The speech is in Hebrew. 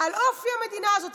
על אופי המדינה הזאת,